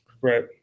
Right